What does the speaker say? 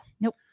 Nope